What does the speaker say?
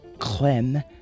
clem